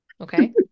Okay